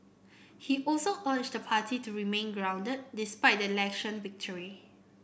he also urged the party to remain grounded despite the election victory